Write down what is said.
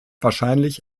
wahrscheinlich